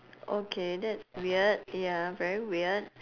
okay that's weird ya very weird